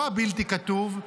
לא הבלתי-כתוב,